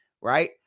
right